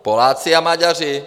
Poláci a Maďaři.